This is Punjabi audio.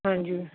ਹਾਂਜੀ